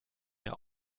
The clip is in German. mehr